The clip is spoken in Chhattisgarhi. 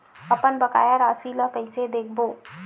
अपन बकाया राशि ला कइसे देखबो?